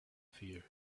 fear